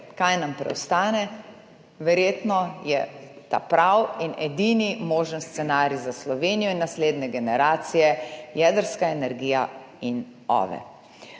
Kaj nam torej preostane? Verjetno je ta pravi in edini možni scenarij za Slovenijo in naslednje generacije jedrska energija in OVE.